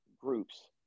groups